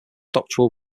doctoral